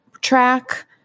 track